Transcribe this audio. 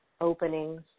openings